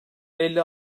elli